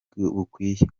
bukwiye